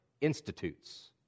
Institutes